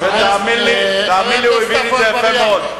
תאמין לי שהוא הבין את זה יפה מאוד.